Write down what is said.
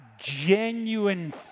genuine